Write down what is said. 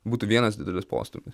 būtų vienas didelis postūmis